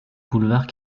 boulevard